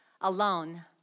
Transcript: alone